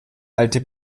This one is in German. alte